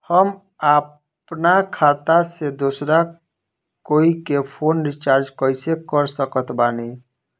हम अपना खाता से दोसरा कोई के फोन रीचार्ज कइसे कर सकत बानी?